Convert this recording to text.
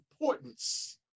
importance